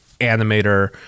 animator